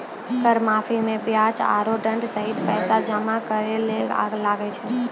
कर माफी मे बियाज आरो दंड सहित पैसा जमा करे ले लागै छै